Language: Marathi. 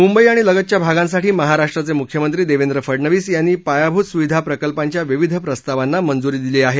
मुंबई आणि लगतच्या भागांसाठी महाराष्ट्राचे मुख्यमंत्री देवेंद्र फडनवीस यांनी पायाभूत सुविधा प्रकल्पांच्या विविध प्रस्तावांना मंजुरी दिली आहे